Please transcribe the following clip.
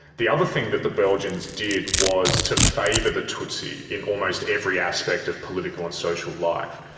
the other thing that the belgians did was to favour the tutsi in almost every aspect of political and social life.